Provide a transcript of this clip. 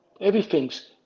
Everything's